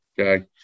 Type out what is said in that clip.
Okay